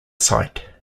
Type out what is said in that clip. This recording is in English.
site